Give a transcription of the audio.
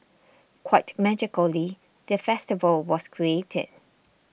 quite magically the festival was created